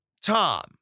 Tom